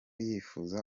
yifuza